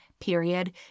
period